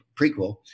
prequel